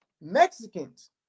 Mexicans